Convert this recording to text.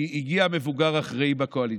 כי הגיע מבוגר אחראי בקואליציה,